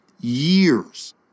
years